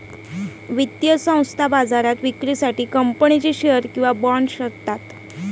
वित्तीय संस्था बाजारात विक्रीसाठी कंपनीचे शेअर्स किंवा बाँड शोधतात